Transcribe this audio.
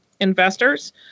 investors